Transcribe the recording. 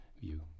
view